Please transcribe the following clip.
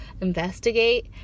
investigate